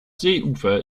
seeufer